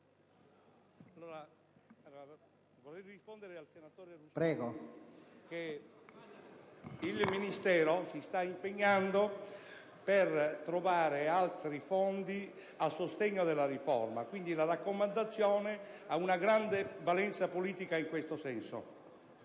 Presidente, rispondo al senatore Rusconi che il Ministero si sta impegnando per trovare altri fondi a sostegno della riforma, per cui la raccomandazione ha una grande valenza politica in questo senso.